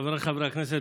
חבריי חברי הכנסת,